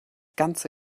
ganze